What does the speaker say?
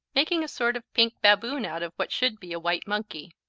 making a sort of pink baboon out of what should be a white monkey.